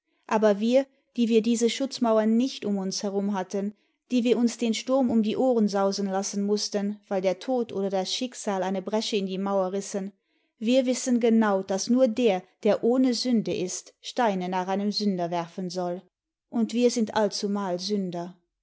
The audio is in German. aber wir die wir diese schutzmauem nicht um uns herum hatten die wir uns den sturm um die ohren sausen lassen mußten weil der tod oder das schicksal eine bresche in die mauer rissen wir wissen genau daß nur der der ohne sünde ist steine nach einem sünder werfen soll und wir sind allzumal sünder